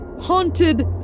Haunted